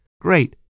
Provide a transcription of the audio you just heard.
great